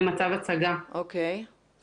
הדינמיקה של אוכלוסיית הכלבים,